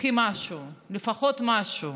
קחי משהו, לפחות משהו.